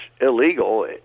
illegal